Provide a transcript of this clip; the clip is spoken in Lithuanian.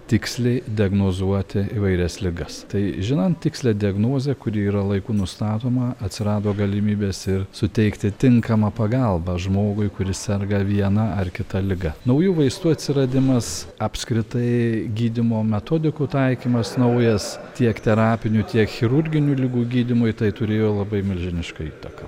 tiksliai diagnozuoti įvairias ligas tai žinant tikslią diagnozę kuri yra laiku nustatoma atsirado galimybės ir suteikti tinkamą pagalbą žmogui kuris serga viena ar kita liga naujų vaistų atsiradimas apskritai gydymo metodikų taikymas naujas tiek terapinių tiek chirurginių ligų gydymui tai turėjo labai milžinišką įtaką